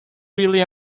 really